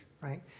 right